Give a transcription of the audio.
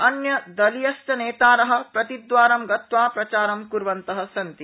अन्य दलीयाश्च नेतार प्रतिद्वारं गत्वा प्रचारं क्वन्त सन्ति